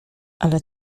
ale